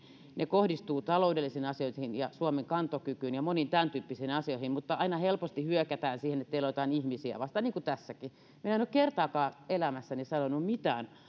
ne kohdistuvat taloudellisiin asioihin ja suomen kantokykyyn ja moniin tämän tyyppisiin asioihin aina helposti hyökätään siihen että teillä on jotain ihmisiä vastaan niin kuin tässäkin minä en ole kertaakaan elämässäni sanonut mitään